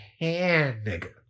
hand